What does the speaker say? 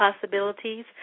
possibilities